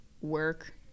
work